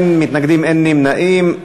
אין מתנגדים ואין נמנעים.